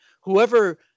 Whoever